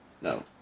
no